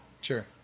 Sure